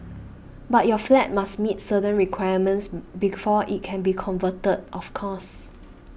but your flat must meet certain requirements before it can be converted of course